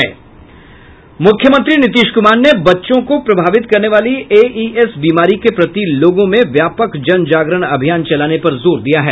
मुख्यमंत्री नीतीश कुमार ने बच्चों को प्रभावित करने वाली एईएस बीमारी के प्रति लोगों में व्यापक जनजागरण अभियान चलाने पर जोर दिया है